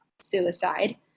suicide